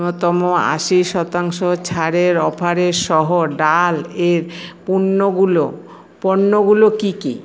ন্যূনতম আশি শতাংশ ছাড়ের অফারের সহ ডাল এর পণ্যগুলো পণ্যগুলো কী কী